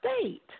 state